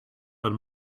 and